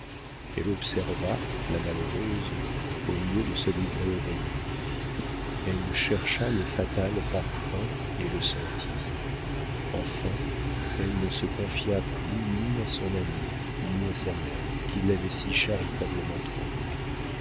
elle observa la malheureuse au lieu de se livrer au bonheur elle chercha le fatal parfum et le sentit enfin elle ne se confia plus ni à son amie ni à sa mère qui l'avaient si charitablement trompée